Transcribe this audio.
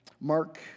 Mark